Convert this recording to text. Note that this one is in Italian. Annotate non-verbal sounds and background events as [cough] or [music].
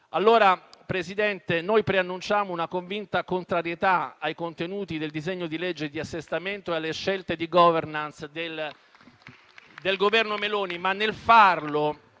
Signor Presidente, preannunciamo una convinta contrarietà ai contenuti del disegno di legge di assestamento e alle scelte di *governance* del Governo Meloni, [applause]